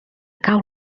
cau